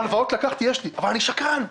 והלוואות לקחתי אבל "אני שקרן,